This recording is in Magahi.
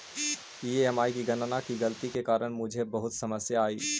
ई.एम.आई की गणना की गलती के कारण मुझे बहुत समस्या आई